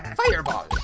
and fireball.